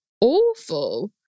awful